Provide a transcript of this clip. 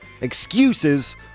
Excuses